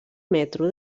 metro